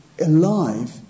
alive